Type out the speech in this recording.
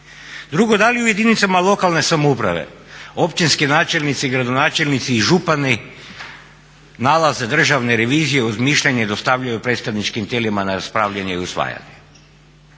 Drugo, da li u jedinicama lokalne samouprave općinski načelnici, gradonačelnici i župani nalaze Državne revizije uz mišljenje dostavljaju predstavničkim tijelima na raspravljanje i usvajanje?